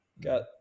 got